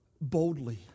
boldly